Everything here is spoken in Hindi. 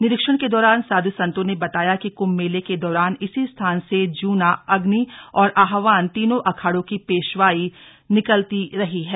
निरीक्षण के दौरान साधु संतों ने बताया कि कुंभ मेले के दौरान इसी स्थान से जूना अग्नि और आह्वान तीनों अखाड़ों की पेशवाई निकलती रही है